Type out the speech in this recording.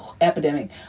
epidemic